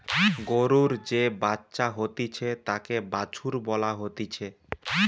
গরুর যে বাচ্চা হতিছে তাকে বাছুর বলা হতিছে